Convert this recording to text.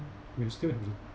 we still have to